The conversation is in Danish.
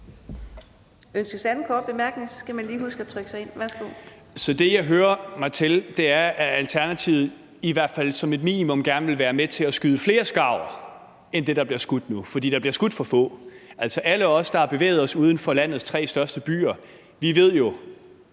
Så det, jeg lytter mig til, er, at Alternativet i hvert fald som et minimum gerne vil være med til at skyde flere skarver end dem, der bliver skudt nu. For der bliver skudt for få. Altså, alle os, der har bevæget os uden for landets tre største byer, ved jo,